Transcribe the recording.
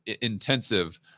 intensive